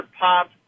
pop